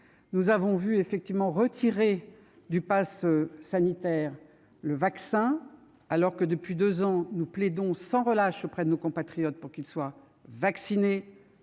Nous avons vu le vaccin retiré du passe sanitaire, alors que, depuis deux ans, nous plaidons sans relâche auprès de nos compatriotes pour qu'ils soient vaccinés,